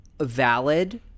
valid